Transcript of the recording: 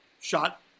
shot